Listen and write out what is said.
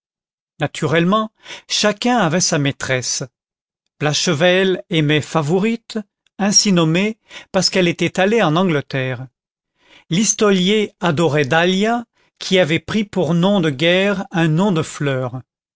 naturellement chacun avait sa maîtresse blachevelle aimait favourite ainsi nommée parce qu'elle était allée en angleterre listolier adorait dahlia qui avait pris pour nom de guerre un nom de fleur